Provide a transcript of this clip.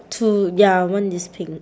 two ya one is pink